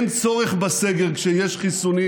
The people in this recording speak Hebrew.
אין צורך בסגר כשיש חיסונים,